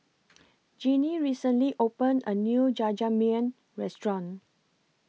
Jeanine recently opened A New Jajangmyeon Restaurant